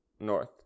north